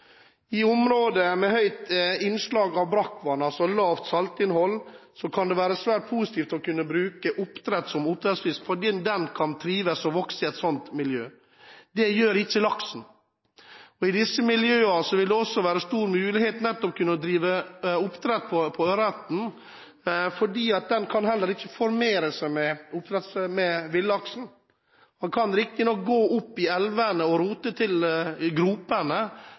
I områder med høyt innslag av brakkvann, altså lavt saltinnhold, kan det være svært positivt å bruke ørret som oppdrettsfisk, for den kan trives og vokse i et sånt miljø. Det gjør ikke laksen. I disse miljøene vil det også være stor mulighet for å drive oppdrett av ørret, for den kan ikke formere seg med villaksen. Den kan riktignok gå opp i elvene og rote det til i gropene